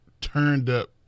turned-up